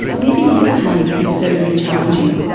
living with pain is certainly challenging,